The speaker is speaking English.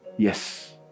Yes